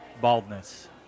baldness